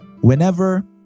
whenever